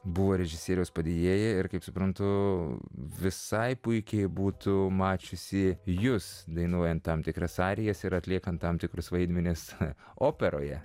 buvo režisieriaus padėjėja ir kaip suprantu visai puikiai būtų mačiusi jus dainuojant tam tikras arijas ir atliekant tam tikrus vaidmenis operoje